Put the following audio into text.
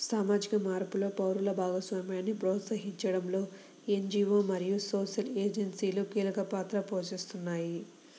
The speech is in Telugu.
సామాజిక మార్పులో పౌరుల భాగస్వామ్యాన్ని ప్రోత్సహించడంలో ఎన్.జీ.వో మరియు సోషల్ ఏజెన్సీలు కీలక పాత్ర పోషిస్తాయి